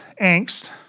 angst